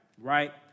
right